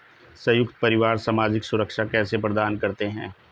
संयुक्त परिवार सामाजिक सुरक्षा कैसे प्रदान करते हैं?